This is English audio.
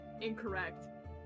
Incorrect